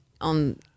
on